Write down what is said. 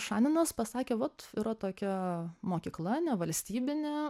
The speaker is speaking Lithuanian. šaninas pasakė vat yra tokia mokykla nevalstybinė